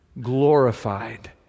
glorified